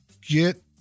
Get